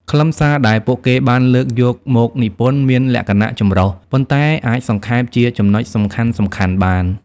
ខ្លឹមសារដែលពួកគេបានលើកយកមកនិពន្ធមានលក្ខណៈចម្រុះ ប៉ុន្តែអាចសង្ខេបជាចំណុចសំខាន់ៗបាន។